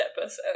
episode